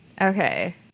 Okay